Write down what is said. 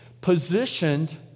positioned